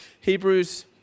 Hebrews